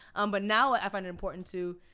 um but now, i find it important to,